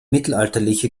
mittelalterliche